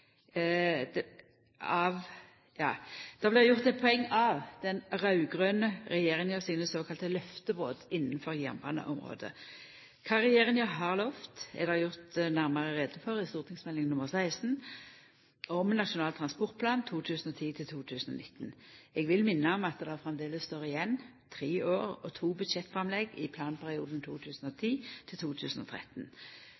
av den raud-grøne regjeringa sine såkalla løftebrot innanfor jernbaneområdet. Kva regjeringa har lovt, er det gjort nærmare greie for i St.meld nr. 16 for 2008–2009, Nasjonal transportplan 2010–2019. Eg vil minna om at det framleis står igjen tre år og to budsjettframlegg i planperioden